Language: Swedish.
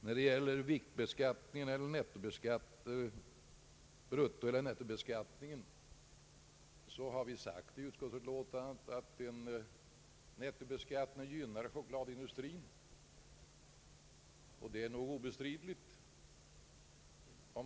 Vad beträffar bruttooch nettoviktbeskattning har vi i utskottsbetänkandet framhållit att en nettobeskattning gynnar chokladindustrin, och det är nog obestridligt.